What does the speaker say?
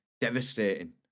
devastating